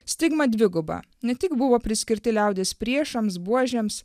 stigma dviguba ne tik buvo priskirti liaudies priešams buožėms